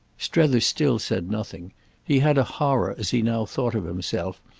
strether still said nothing he had a horror, as he now thought of himself,